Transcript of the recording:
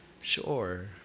Sure